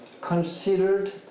considered